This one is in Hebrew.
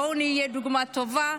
בואו נהיה דוגמה טובה.